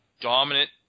dominant